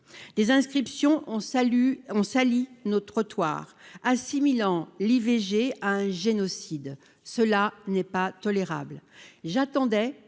inscriptions, on salue on salit nos trottoirs, assimilant l'IVG à un génocide, cela n'est pas tolérable, j'attendais